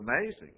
amazing